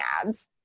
ads